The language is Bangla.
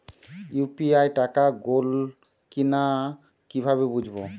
ইউ.পি.আই টাকা গোল কিনা কিভাবে বুঝব?